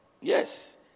Yes